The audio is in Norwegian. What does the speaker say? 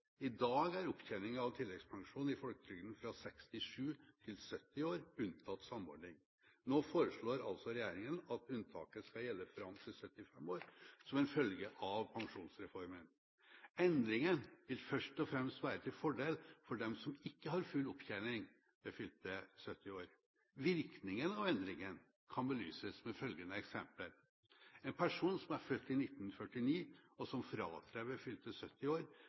I dag er opptjeningen av tilleggspensjon i folketrygden fra 67 til 70 år unntatt samordning. Nå foreslår altså regjeringen at unntaket skal gjelde fram til 75 år – som en følge av pensjonsreformen. Endringen vil først og fremst være til fordel for dem som ikke har full opptjening ved fylte 70 år. Virkningen av endringen kan belyses ved følgende eksempel: En person som er født i 1949, og som fratrer ved fylte 70 år